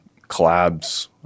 collabs